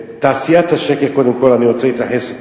תעשיית השקר, קודם כול אני רוצה להתייחס,